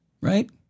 right